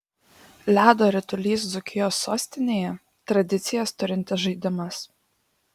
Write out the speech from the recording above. ledo ritulys dzūkijos sostinėje tradicijas turintis žaidimas